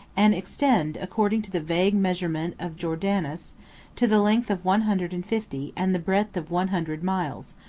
and extend, according to the vague measurement of jornandes, to the length of one hundred and fifty, and the breadth of one hundred miles,